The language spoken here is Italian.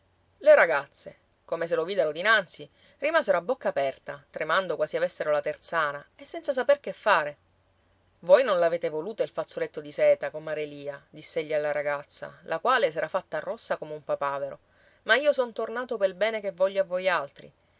le ragazze come se lo videro dinanzi rimasero a bocca aperta tremando quasi avessero la terzana e senza saper che fare voi non l'avete voluto il fazzoletto di seta comare lia diss'egli alla ragazza la quale s'era fatta rossa come un papavero ma io sono tornato pel bene che voglio a voi altri